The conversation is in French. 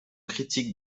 critique